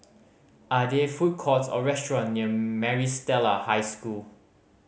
are there food courts or restaurant near Maris Stella High School